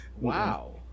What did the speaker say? wow